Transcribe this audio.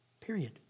Period